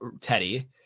Teddy